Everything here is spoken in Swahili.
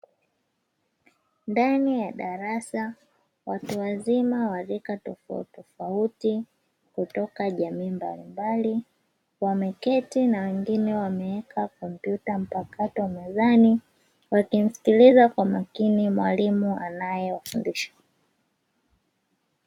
Ndani ya darasa, watu wazima wa rika tofauti tofauti kutoka jamii mbalimbali wameketi, wengine wakiwa wameweka kompyuta mpakato mezani, wakimsikiliza kwa makini mwalimu anayemfundisha.